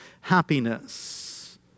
happiness